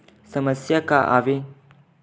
समस्या का आवे?